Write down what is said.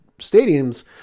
stadiums